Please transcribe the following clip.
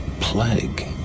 plague